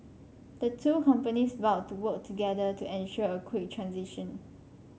the two companies vowed to work together to ensure a quick transition